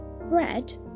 Bread